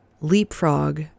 leapfrog